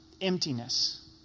emptiness